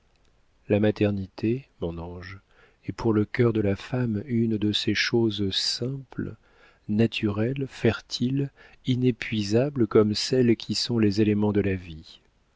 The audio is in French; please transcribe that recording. la maternité mon ange est pour le cœur de la femme une de ces choses simples naturelles fertiles inépuisables comme celles qui sont les éléments de la vie